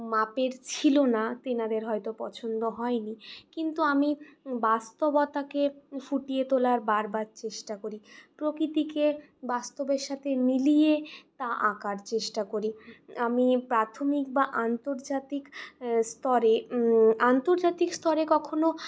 মাপের ছিল না তেনাদের হয়ত পছন্দ হয়নি কিন্তু আমি বাস্তবতাকে ফুটিয়ে তোলার বারবার চেষ্টা করি প্রকৃতিকে বাস্তবের সাথে মিলিয়ে তা আঁকার চেষ্টা করি আমি প্রাথমিক বা আন্তর্জাতিক স্তরে আন্তর্জাতিক স্তরে কখনও